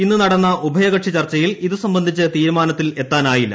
ഇന്ന് നടന്ന ഉഭയകക്ഷി ചർച്ചയിൽ ഇത് സംബന്ധിച്ച് തീരുമാനത്തിൽ എത്താനായില്ല